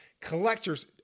Collectors